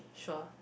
sure